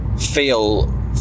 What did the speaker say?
feel